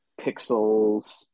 Pixels